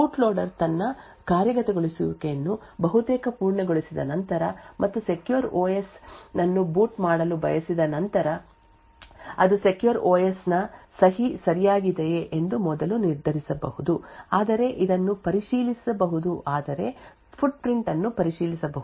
boot loader ತನ್ನ ಕಾರ್ಯಗತಗೊಳಿಸುವಿಕೆಯನ್ನು ಬಹುತೇಕ ಪೂರ್ಣಗೊಳಿಸಿದ ನಂತರ ಮತ್ತು ಸೆಕ್ಯೂರ್ ಓಎಸ್ ಅನ್ನು ಬೂಟ್ ಮಾಡಲು ಬಯಸಿದ ನಂತರ ಅದು ಸೆಕ್ಯೂರ್ ಓಎಸ್ ನ ಸಹಿ ಸರಿಯಾಗಿದೆಯೇ ಎಂದು ಮೊದಲು ನಿರ್ಧರಿಸಬಹುದು ಆದರೆ ಇದನ್ನು ಪರಿಶೀಲಿಸಬಹುದು ಆದರೆ ಫೂಟ್ಪ್ರಿಂಟ್ ಅನ್ನು ಪರಿಶೀಲಿಸಬಹುದು ಅಥವಾ ಸೆಕ್ಯೂರ್ ಓಎಸ್ ನ ಸಹಿಯನ್ನು ಲೆಕ್ಕಾಚಾರ ಮಾಡುವ ಮೂಲಕ ಫ್ಲ್ಯಾಷ್ ಮತ್ತು ಈ ನಿರ್ದಿಷ್ಟ ಸಹಿಯನ್ನು ಸಂಗ್ರಹಿಸಿದ ಸಹಿಯೊಂದಿಗೆ ಪರಿಶೀಲಿಸಲಾಗುತ್ತಿದೆ